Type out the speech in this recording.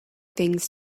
things